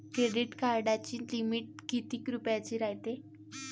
Credit कार्डाची limit कितीक रुपयाची रायते?